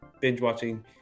binge-watching